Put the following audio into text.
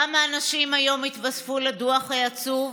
כמה אנשים היום התווספו לדוח העצוב,